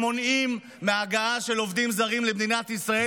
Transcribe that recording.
מונעים הגעה של עובדים זרים למדינת ישראל